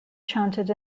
chanted